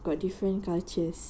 got different cultures